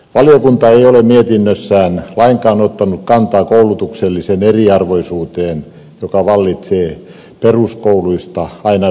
valiokunta ei ole mietinnössään lainkaan ottanut kantaa koulutukselliseen eriarvoisuuteen joka vallitsee peruskouluista aina yliopistoon